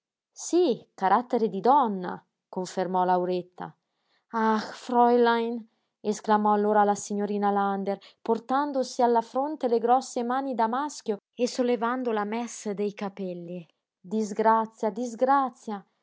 sí carattere di donna confermò lauretta ach frulein esclamò allora la signorina lander portandosi alla fronte le grosse mani da maschio e sollevando la mèsse dei capelli discrazia discrazia